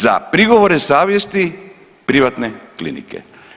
Za prigovore savjesti privatne klinike.